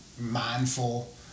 mindful